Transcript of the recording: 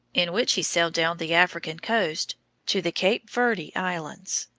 in which he sailed down the african coast to the cape verde islands,